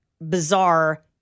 bizarre